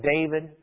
David